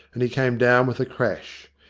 and he came down with a crash.